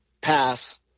pass